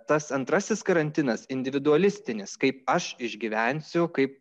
tas antrasis karantinas individualistinis kaip aš išgyvensiu kaip